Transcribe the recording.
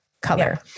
color